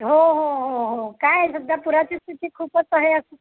हो हो हो हो काय सध्या पुराची स्थिती खूपच